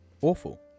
...awful